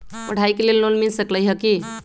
पढाई के लेल लोन मिल सकलई ह की?